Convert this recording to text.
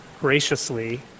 graciously